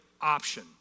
option